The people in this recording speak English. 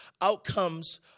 outcomes